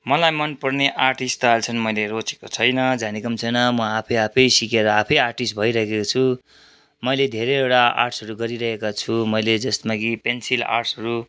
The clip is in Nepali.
मलाई मन पर्ने आर्टिस्ट त अहिलेसम्म मैले रोजेको छैन जानेको पनि छैन म आफै आफै सिकेर आफै आर्टिस्ट भइरहेको छु मैले धेरैवटा आर्ट्सहरू गरिरहेको छु मैले जसमा कि पेन्सिल आर्ट्सहरू